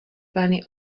pleny